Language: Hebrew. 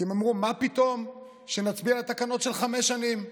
הם אמרו: מה פתאום שנצביע על תקנות של חמש שנים,